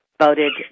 voted